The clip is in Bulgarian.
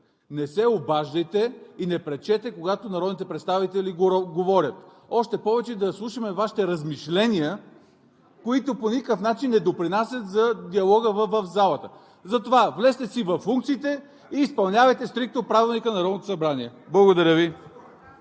не се обаждайте и не пречете, когато народните представители говорят. Още повече да слушаме Вашите размишления, които по никакъв начин не допринасят за диалога в залата. Затова влезте си във функциите и изпълнявайте стриктно Правилника на Народното събрание. Благодаря Ви.